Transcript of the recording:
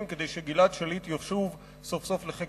ההחלטות כדי שגלעד שליט ישוב סוף-סוף לחיק